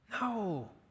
No